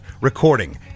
recording